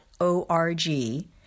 O-R-G